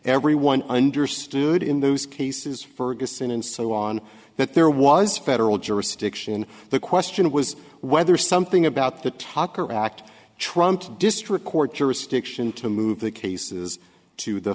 everyone understood in those cases ferguson and so on that there was federal jurisdiction the question was whether something about the takur act trumped district court jurisdiction to move the cases to the